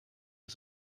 der